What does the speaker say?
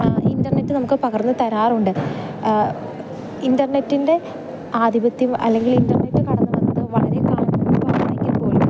internet നമുക്ക് പകർന്ന് തരാറുണ്ട് ഇൻ്റർനെറ്റിൻ്റെ ആധിപത്യം അല്ലെങ്കിലിൻ്റർനെറ്റ് കടന്ന് വന്നത് വളരെ കാലം മുൻപ് ആണെങ്കിൽ പോലും